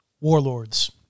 warlords